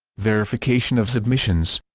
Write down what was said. verification of submissions